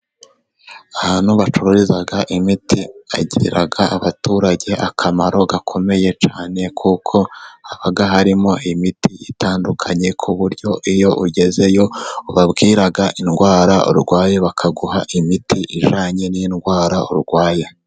Ahantu bacururiza imiti hagirira abaturage akamaro gakomeye cyane, kuko haba harimo imiti itandukanye ku buryo iyo ugezeyo ubabwira indwara urwaye bakaguha imiti ihwanye n'indwara urwaye.